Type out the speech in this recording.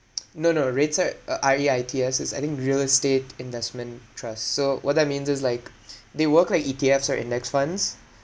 no no REITs are uh R E I Ts is I think real estate investment trust so what that means is like they work like E_T_Fs right index funds